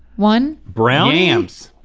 one brownie? yams.